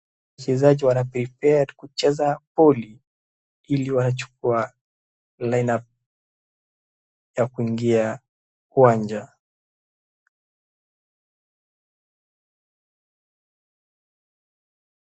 Wachezaji wana cs[prepare]cs kucheza boli ili wachukue kwa cs[line up]cs ya kuingia uwanja.